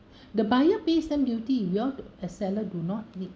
the buyer pay stamp duty we all as seller do not need